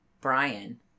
Brian